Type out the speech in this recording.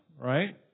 right